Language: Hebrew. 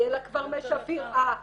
יהיה לה כבר מי שפיר -- לא,